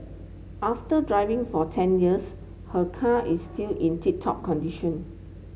after driving for ten years her car is still in tip top condition